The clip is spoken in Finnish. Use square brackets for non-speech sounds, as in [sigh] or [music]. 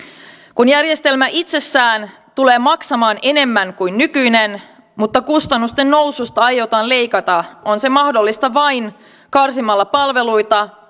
kun järjestelmä itsessään tulee maksamaan enemmän kuin nykyinen mutta kustannusten noususta aiotaan leikata on se mahdollista vain karsimalla palveluita [unintelligible]